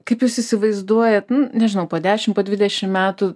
kaip jūs įsivaizduojat nu nežinau po dešimt dvidešimt metų